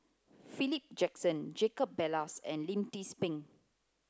Philip Jackson Jacob Ballas and Lim Tze Peng